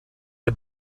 had